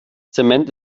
zement